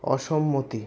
অসম্মতি